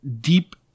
deep